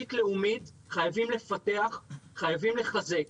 ותשתית לאומית חייבים לפתח וחייבים לחזק.